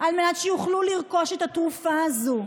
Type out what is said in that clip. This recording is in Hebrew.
על מנת שיוכלו לרכוש את התרופה הזאת.